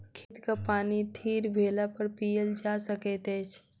खेतक पानि थीर भेलापर पीयल जा सकैत अछि